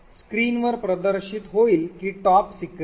screen वर प्रदर्शित होईल की top secret संदेश